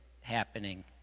happening